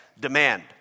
demand